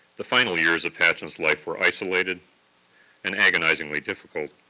the final years of patchen's life were isolated and agonizingly difficult,